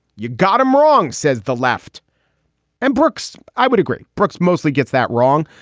you got him wrong, says the left and brooks. i would agree brooks mostly gets that wrong.